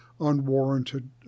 unwarranted